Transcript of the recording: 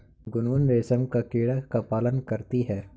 गुनगुन रेशम का कीड़ा का पालन करती है